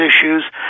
issues